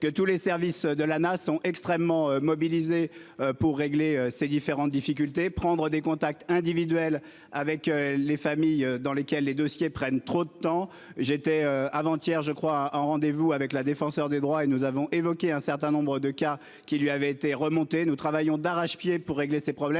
tous les services de l'sont extrêmement mobilisés pour régler ses différends difficultés prendre des contacts individuels avec les familles dans lesquelles les dossiers prennent trop de temps, j'étais avant-hier je crois un rendez vous avec la défenseure des droits et nous avons évoqué un certain nombre de cas qui lui avait été remonté nous travaillons d'arrache-pied pour régler ses problèmes.